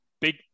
big